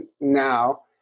now